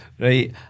right